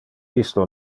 isto